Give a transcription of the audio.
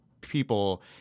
people